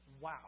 Wow